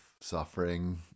suffering